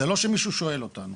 זה לא שמישהו שואל אותנו.